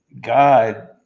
God